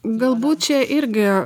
galbūt čia irgi